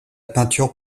peinture